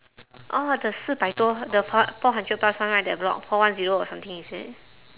orh the 四百多 the four four hundred plus one right that block four one zero or something is it